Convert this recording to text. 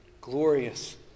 Glorious